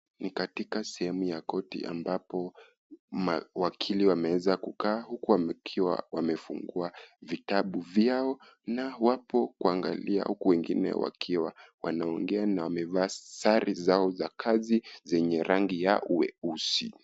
Ni katika sehemu ya koti ambapo mawakili wameweza kukaa huku wakiwa wamefungua vitabu vyao na wapo kuangalia huku wengine wakiwa wanaongea na wamevaa sare zao za kazi zenye rangi wa weusi.